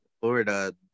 Florida